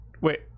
wait